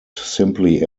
simply